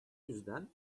yüzden